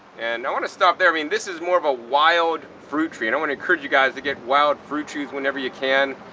and i want to stop there, i mean, this is more of a wild fruit tree. and i want to encourage you guys to get wild fruit trees whenever you can.